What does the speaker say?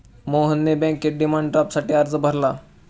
मोहनने बँकेत डिमांड ड्राफ्टसाठी अर्ज भरला